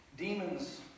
Demons